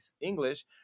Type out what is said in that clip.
English